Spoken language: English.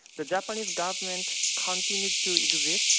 the japanese government continued to exist,